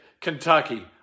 Kentucky